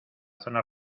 zona